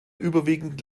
überwiegend